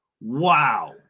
wow